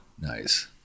nice